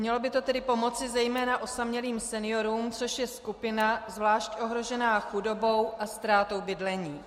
Mělo by to tedy pomoci zejména osamělým seniorům, což je skupina zvlášť ohrožená chudobou a ztrátou bydlení.